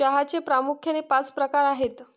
चहाचे प्रामुख्याने पाच प्रकार आहेत